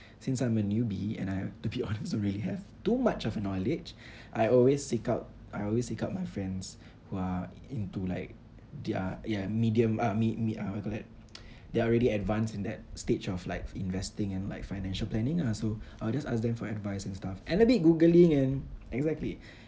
since I'm a newbie and I to be honest really have too much of a knowledge I always seek out I always seek out my friends who are into like their ya medium uh me~ me~ what you call that they're already advanced in that stage of like investing and like financial planning ah so I'll just ask them for advice and stuff and a bit googling and exactly